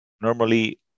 Normally